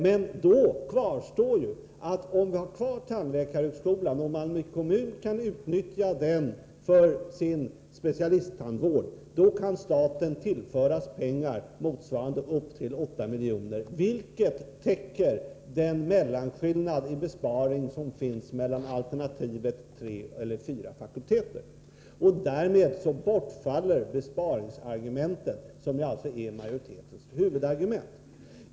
Men om vi har kvar tandläkarhögskolan och Malmö kommun kan utnyttja den för sin specialisttandvård, så kan staten tillföras upp till 8 milj.kr., vilket täcker den mellanskillnad i besparing som föreligger mellan alternativen tre resp. fyra fakulteter. Därmed bortfaller besparingsargumentet, som alltså är majoritetens huvudargument.